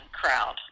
crowd